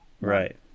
Right